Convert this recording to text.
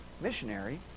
missionary